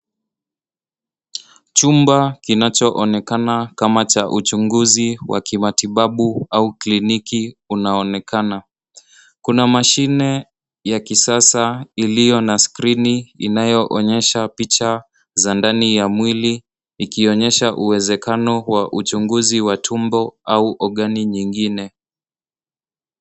Chumba kinachoonekana kama cha uchunguzi wa kimatibabu au kliniki unaonekana, kuna mashine ya kisasa iliyo na skrini inayoonyesha picha za ndani ya mwili ikionyesha uwezekano wa uchunguzi wa tumbo au ogani nyingine.